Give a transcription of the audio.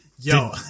Yo